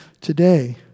today